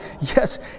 Yes